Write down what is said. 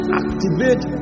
activate